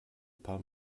paar